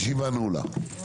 הישיבה נעולה.